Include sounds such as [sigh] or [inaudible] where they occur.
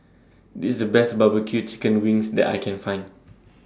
This IS The Best Barbecue Chicken Wings that I Can Find [noise]